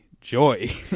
joy